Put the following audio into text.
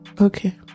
okay